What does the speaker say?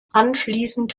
anschließend